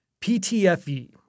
PTFE